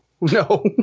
No